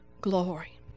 Glory